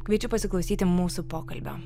kviečiu pasiklausyti mūsų pokalbio